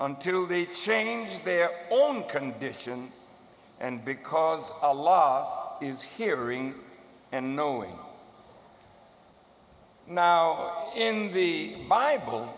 onto the chains their own condition and because a law is hearing and knowing now in the bible